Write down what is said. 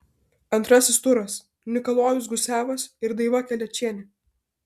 antrasis turas nikolajus gusevas ir daiva kelečienė